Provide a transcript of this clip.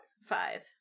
Five